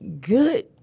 good